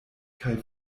kaj